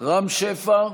רם שפע,